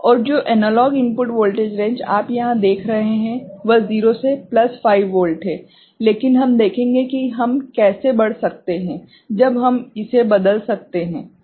और जो analog input voltage range आप यहाँ देख रहे हैं वह 0 से प्लस 5 वोल्ट है लेकिन हम देखेंगे कि हम कैसे बढ़ सकते हैं जब हम इसे बदल सकते हैं ठीक है